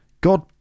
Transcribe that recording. God